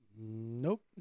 Nope